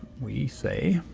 we say